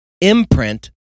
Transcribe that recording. imprint